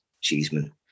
Cheeseman